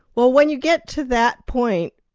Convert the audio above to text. well when you get to that point,